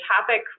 topic